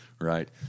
right